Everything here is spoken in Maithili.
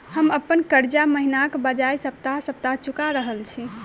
हम अप्पन कर्जा महिनाक बजाय सप्ताह सप्ताह चुका रहल छि